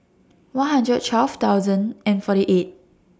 one hundred twelve thousand and forty eight